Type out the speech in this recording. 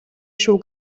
шүү